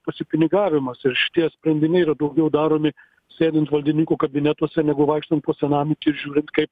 pasipinigavimas ir šitie sprendiniai yra daugiau daromi sėdint valdininkų kabinetuose negu vaikštant po senamiestį ir žiūrint kaip